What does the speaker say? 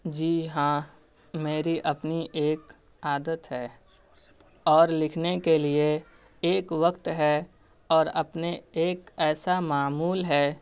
جی ہاں میری اپنی ایک عادت ہے اور لکھنے کے لیے ایک وقت ہے اور اپنے ایک ایسا معمول ہے